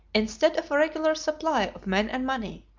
instead of a regular supply of men and money,